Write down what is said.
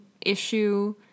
issue